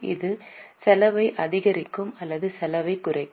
இது செலவை அதிகரிக்கும் அல்லது செலவைக் குறைக்கும்